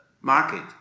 market